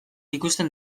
ikusten